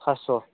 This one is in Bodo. पास्स'